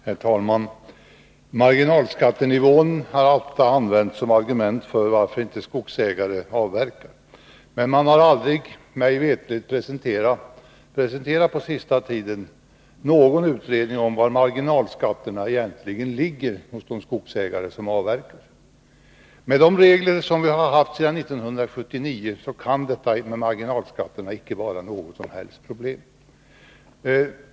Herr talman! Marginalskattenivån har alltid använts som ett argument när det gällt att ange varför skogsägare inte avverkar. Men man har aldrig, mig veterligt, på senaste tiden presenterat någon utredning om var marginalskatterna egentligen ligger hos de skogsägare som avverkar. Med de regler som vi har haft sedan 1979 kan detta med marginalskatterna icke vara något som helst problem.